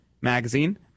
magazine